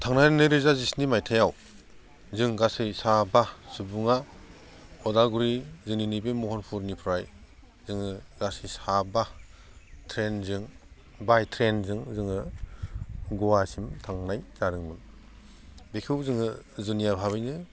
थांनाय नैरोजा जिस्नि मायथाइयाव जों गासै साबा सुबुङा उदालगुरि जोंनि नैबे महनफुरनिफ्राय जोङो गासै साबा ट्रैनजों बाय ट्रैनजों जोङो गवासिम थांनाय जादोंमोन बेखौ जोङो जुनिया भाबैनो